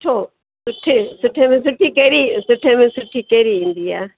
सुठो सुठे सुठे में सुठी कहिड़ी सुठे में सुठी कहिड़ी ईंदी आहे